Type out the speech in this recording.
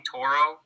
Toro